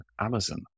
Amazon